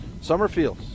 Summerfield